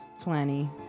plenty